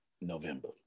November